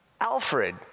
Alfred